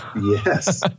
Yes